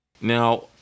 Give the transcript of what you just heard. Now